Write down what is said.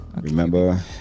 Remember